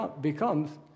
becomes